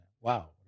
Wow